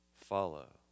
Follow